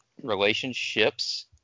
relationships